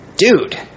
Dude